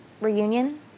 reunion